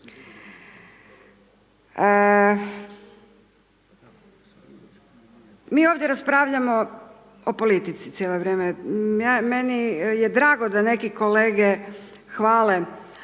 Mi ovdje raspravljamo o politici cijelo vrijeme, meni je drago da neki kolege hvale